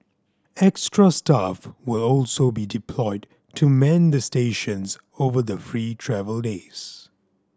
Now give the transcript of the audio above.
extra staff will also be deployed to man the stations over the free travel days